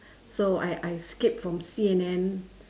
so I I skip from C_N_N